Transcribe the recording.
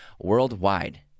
worldwide